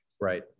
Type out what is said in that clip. right